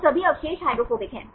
तो सभी अवशेष हाइड्रोफोबिक हैं